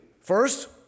First